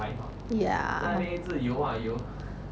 ya